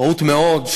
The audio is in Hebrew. רהוט מאוד,